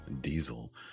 Diesel